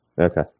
okay